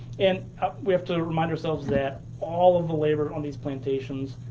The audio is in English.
and we have to remind ourselves that all of the labor on these plantations,